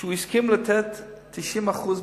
שהסכים לתת 90% מהשטחים,